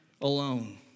Alone